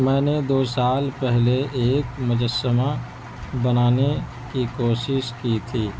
میں نے دو سال پہلے ایک مجسمہ بنانے کی کوشش کی تھی